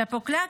שפוקלאק,